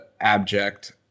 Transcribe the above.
abject